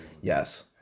Yes